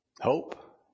Hope